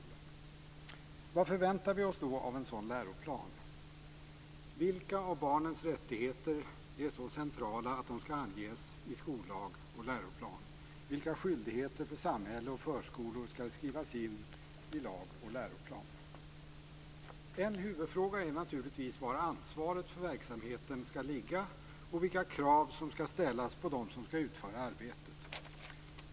Vad förväntar vi oss då av en sådan läroplan? Vilka av barnens rättigheter är så centrala att de skall anges i skollag och läroplan? Vilka skyldigheter för samhälle och förskolor skall skrivas in i lag och läroplan? En huvudfråga är naturligtvis var ansvaret för verksamheten skall ligga och vilka krav som skall ställas på dem som skall utföra arbetet.